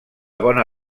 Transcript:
bona